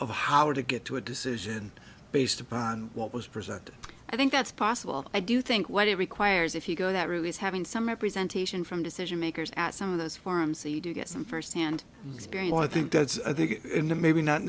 of how to get to a decision based upon what was presented i think that's possible i do think what it requires if you go that route is having some representation from decision makers at some of those forums so you do get some firsthand experience i th